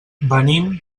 venim